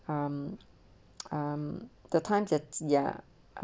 um um the time at ya